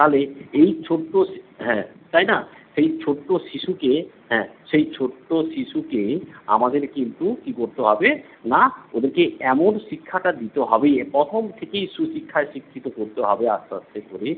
তাহলে এই ছোট্ট হ্যাঁ তাই না সেই ছোট্ট শিশুকে হ্যাঁ সেই ছোট্ট শিশুকে আমাদের কিন্তু কী করতে হবে না ওদেরকে এমন শিক্ষাটা দিতে হবে প্রথম থেকেই সুশিক্ষায় শিক্ষিত করতে হবে আস্তে আস্তে করে